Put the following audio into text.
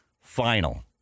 final